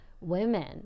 women